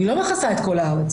אני לא מכסה את כל הארץ.